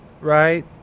Right